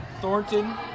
Thornton